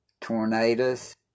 Tornadoes